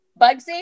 Bugsy